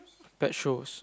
pet shows